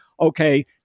okay